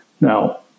Now